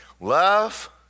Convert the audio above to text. Love